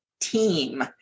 team